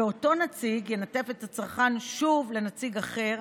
ואותו נציג ינתב את הצרכן שוב לנציג אחר,